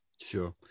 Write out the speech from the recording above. Sure